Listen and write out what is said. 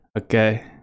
okay